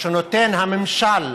שנותן הממשל,